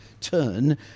turn